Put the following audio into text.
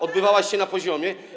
odbywała się na poziomie.